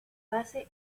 base